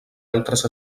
altres